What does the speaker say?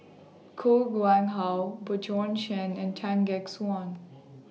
Koh Nguang How Bjorn Shen and Tan Gek Suan